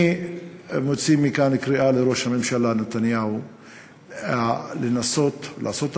אני מוציא מכאן קריאה לראש הממשלה נתניהו לנסות לעשות,